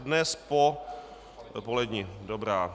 Dnes po poledni, dobrá.